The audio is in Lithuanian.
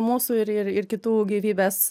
mūsų ir ir ir kitų gyvybės